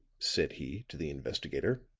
said he, to the investigator.